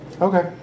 Okay